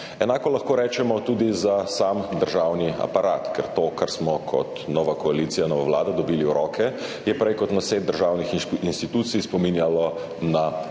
Enako lahko rečemo tudi za sam državni aparat, ker to, kar smo kot nova koalicija, nova vlada dobili v roke, je prej kot na set državnih institucij spominjalo na